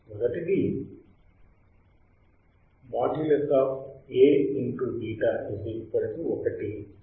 మొదటిది | A β | 1